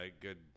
good